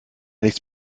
nichts